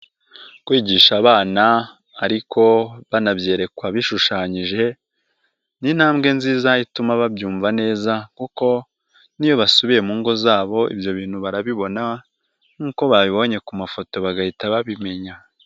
Kwigisha abana ariko banabyerekwa bishushanyije ni intambwe nziza ituma babyumva neza kuko n'iyo basubiye mu ngo zabo ibyo bintu barabibona nkuko babibonye ku mafoto bagahita babimenya.